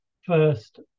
First